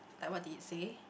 like what did it say